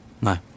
No